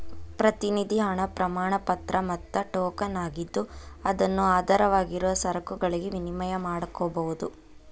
ಪ್ರತಿನಿಧಿ ಹಣ ಪ್ರಮಾಣಪತ್ರ ಮತ್ತ ಟೋಕನ್ ಆಗಿದ್ದು ಅದನ್ನು ಆಧಾರವಾಗಿರುವ ಸರಕುಗಳಿಗೆ ವಿನಿಮಯ ಮಾಡಕೋಬೋದು